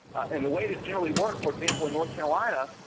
and the way this generally works, for example in north carolina,